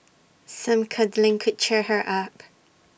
some cuddling could cheer her up